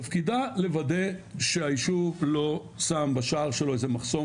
תפקידה לוודא שהישוב לא שם בשער שלו איזה מחסום